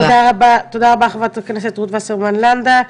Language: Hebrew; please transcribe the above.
תודה רבה, חברת הכנסת רות וסרמן לנדה.